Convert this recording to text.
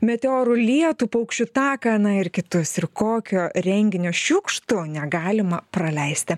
meteorų lietų paukščių taką na ir kitus ir kokio renginio šiukštu negalima praleisti